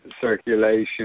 circulation